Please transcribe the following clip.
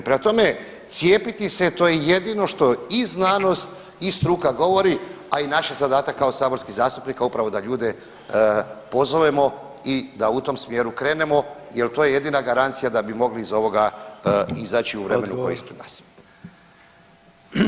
Prema tome, cijepiti se to je jedino što i znanost i struka govori, a i naš je zadatak kao saborskih zastupnika upravo da ljude pozovemo i da u tom smjeru krenemo jel to je jedina garancija da bi mogli iz ovoga izaći u vremenu koje je ispred nas.